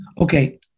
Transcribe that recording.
okay